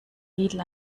lidl